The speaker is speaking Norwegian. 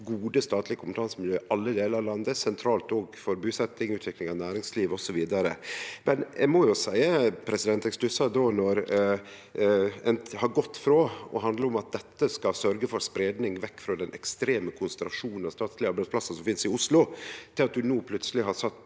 gode statlege kompetansemiljø i alle delar av landet er sentralt, òg for busetjing, utvikling av næringsliv, osv. Men eg må jo seie at eg stussar når det har gått frå å handle om at dette skal sørgje for spreiing vekk frå den ekstreme konsentrasjonen av statlege arbeidsplassar som finst i Oslo, til at ein no plutseleg har sett